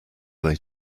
they